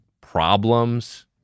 Problems